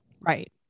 Right